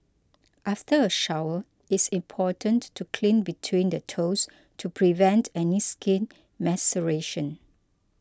after a shower it's important to clean between the toes to prevent any skin maceration